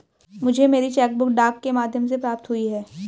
मुझे मेरी cheque book डाक के माध्यम से प्राप्त हुई है